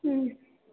ம்